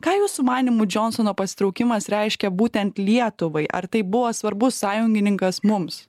ką jūsų manymu džionsono pasitraukimas reiškia būtent lietuvai ar tai buvo svarbus sąjungininkas mums